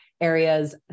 areas